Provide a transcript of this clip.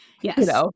Yes